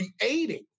creating